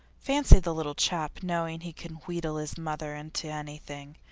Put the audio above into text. fancy the little chap knowing he can wheedle his mother into anything,